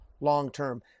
long-term